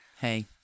Hey